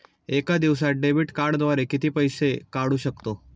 एका दिवसांत डेबिट कार्डद्वारे किती वेळा पैसे काढू शकतो?